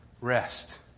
Rest